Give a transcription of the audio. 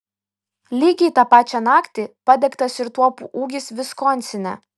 lygiai tą pačią naktį padegtas ir tuopų ūkis viskonsine